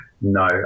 No